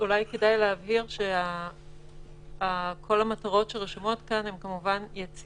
אולי כדאי להבהיר שהמטרות שרשומות כאן מתייחסות